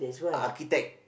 architect